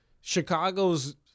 Chicago's